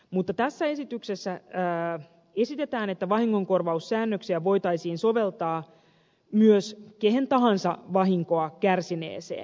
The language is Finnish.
mutta tässä esityksessä esitetään että vahingonkorvaussäännöksiä voitaisiin soveltaa myös kehen tahansa vahinkoa kärsineeseen